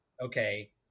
okay